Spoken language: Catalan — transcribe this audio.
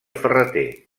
ferrater